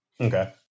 Okay